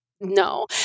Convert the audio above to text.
no